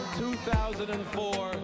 2004